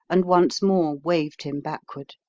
and once more waved him backward.